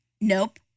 Nope